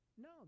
No